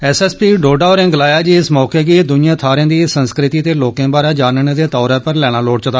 एस S P Doda होरें गलाया इस मौके गी दुइए थाहरें दी संस्कृति ते लोकें बारै जानने दे तौर उप्पर लैना लोड़चदा